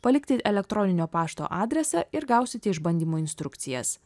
palikti elektroninio pašto adresą ir gausite išbandymo instrukcijas